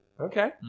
Okay